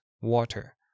water